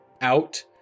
out